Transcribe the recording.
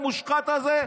המושחת הזה,